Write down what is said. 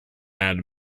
had